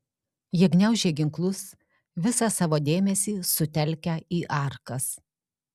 jie gniaužė ginklus visą savo dėmesį sutelkę į arkas